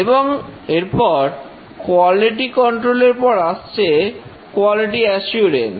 এবং এরপর quality control এর পর আসছে কোয়ালিটি অ্যাসুরেন্স